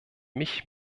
mich